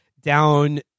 down